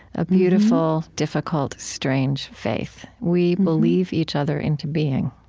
a beautiful, difficult, strange faith. we believe each other into being.